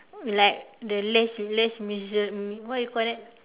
like the les les miser~ what you call that